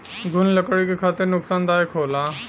घुन लकड़ी के खातिर नुकसानदायक होला